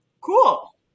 cool